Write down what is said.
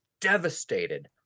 devastated